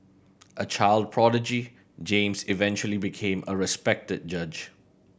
a child prodigy James eventually became a respected judge